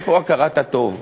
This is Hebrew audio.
איפה הכרת הטוב?